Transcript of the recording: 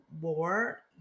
war